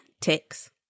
Ticks